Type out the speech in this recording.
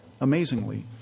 amazingly